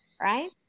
Right